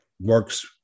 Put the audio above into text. works